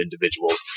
individuals